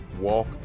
walk